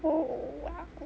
oh !wow!